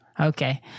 Okay